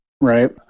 Right